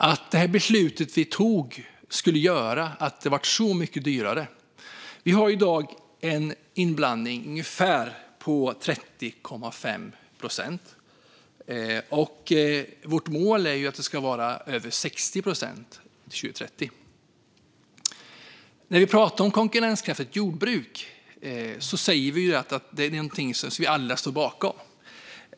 Vi insåg inte att beslutet skulle leda till att det blev så mycket dyrare. I dag har vi en inblandning på ungefär 30,5 procent. Vårt mål är att det ska vara över 60 procent 2030. När vi pratar om konkurrenskraftigt jordbruk säger alla att det är något som man står bakom.